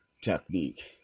technique